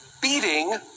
beating